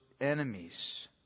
enemies